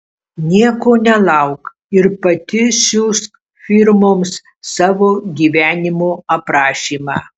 nieko nelauk ir pati siųsk firmoms savo gyvenimo aprašymą